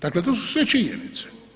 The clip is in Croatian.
Dakle, to su sve činjenice.